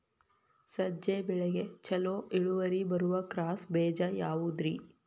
ಸಜ್ಜೆ ಬೆಳೆಗೆ ಛಲೋ ಇಳುವರಿ ಬರುವ ಕ್ರಾಸ್ ಬೇಜ ಯಾವುದ್ರಿ?